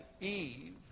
Eve